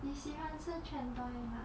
你喜欢吃 chendol 吗